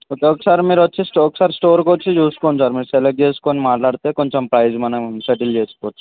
okay ఒకసారి మీరు వచ్చి స్టోర్ ఒకసారి స్టోర్కి వచ్చి చూసుకోండి సార్ మీరు సెలెక్ట్ చేసుకుని మాట్లాడితే కొంచెం ప్రైజ్ మనీ సెటిల్ చేసుకోవచ్చు